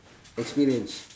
experience